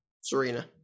Serena